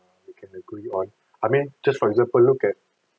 you can agree on I mean just for example look at